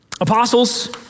Apostles